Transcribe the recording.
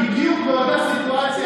בדיוק באותה סיטואציה,